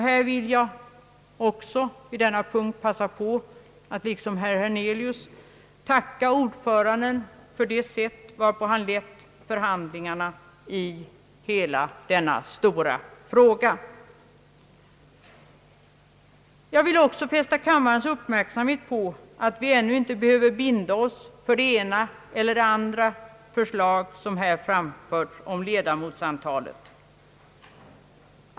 I detta sammanhang vill jag passa på att i likhet med herr Hernelius tacka ordföranden för det sätt varpå han har lett förhandlingarna i hela denna stora fråga. Jag vill också fästa kammarens uppmärksamhet på att vi ännu inte behöver binda oss för det ena eller det andra förslaget om ledamotsantalet.